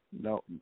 No